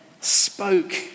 spoke